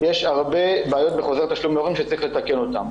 ויש הרבה בעיות בחוזר תשלומי הורים שצריך לתקן אותן.